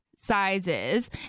sizes